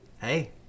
hey